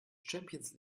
champions